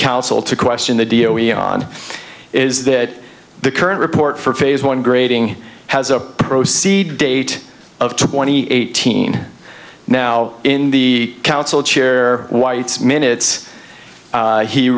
council to question the deal we are on is that the current report for phase one grading has a proceed date of twenty eighteen now in the council chair white's minutes